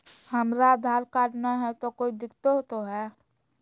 हमरा आधार कार्ड न हय, तो कोइ दिकतो हो तय?